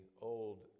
Old